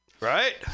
Right